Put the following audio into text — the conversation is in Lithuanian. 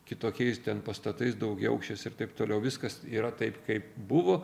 kitokiais ten pastatais daugiaaukščiais ir taip toliau viskas yra taip kaip buvo